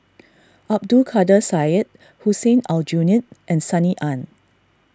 Abdul Kadir Syed Hussein Aljunied and Sunny Ang